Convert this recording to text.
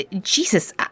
Jesus